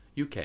UK